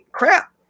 Crap